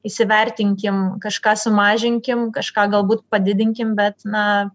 įsivertinkim kažką sumažinkim kažką galbūt padidinkim bet na